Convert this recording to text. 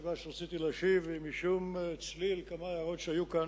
הסיבה שרציתי להשיב היא שמכמה הערות שהיו כאן,